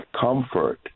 comfort